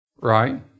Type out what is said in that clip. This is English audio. Right